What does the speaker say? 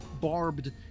barbed